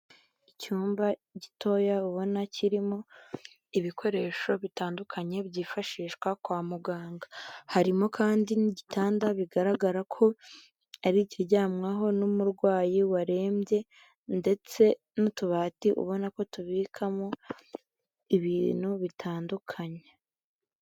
Icyumba gitoya ubona kirimo ibikoresho bitandukanye byifashishwa kwa muganga, harimo kandi n'igitanda bigaragara ko ari ikiryamwaho n'umurwayi warembye ndetse n'utubati ubona ko tubikwamo ibintu bitandukanye.